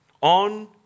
on